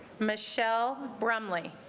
michelle bromley